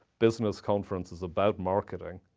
business conferences, about marketing